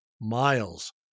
miles